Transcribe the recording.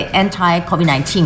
anti-COVID-19